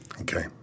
Okay